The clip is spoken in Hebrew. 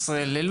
דת או מין.